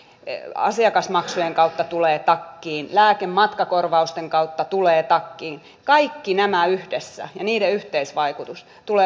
ey asiakasmaksujen kautta tulee takkiin lääkematkakorvausten kautta tulee takkiin kaikki nämä yhdessä välttämättä olleet syrjäytymisvaarassa